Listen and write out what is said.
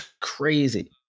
Crazy